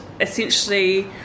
essentially